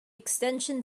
extension